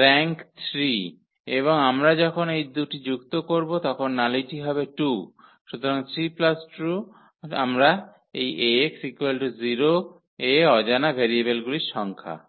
rank 3 এবং আমরা যখন এই দুটি যুক্ত করব তখন নালিটি হবে 2 সুতরাং 3 2 আমরা এই 𝐴𝑥 0 এ অজানা ভেরিয়েবলগুলির সংখ্যা